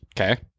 Okay